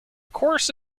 course